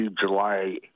July